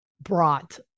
brought